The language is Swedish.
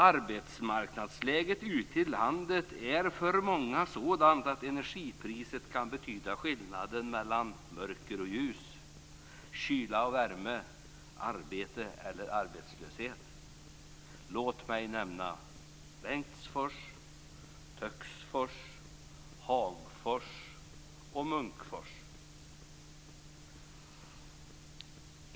Arbetsmarknadsläget ute i landet är för många sådant att energipriset kan betyda skillnaden mellan mörker och ljus, kyla och värme, arbete och arbetslöshet. Låt mig nämna Bengtsfors, Töcksfors, Hagfors och Munkfors.